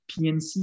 PNC